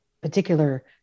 particular